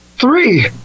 Three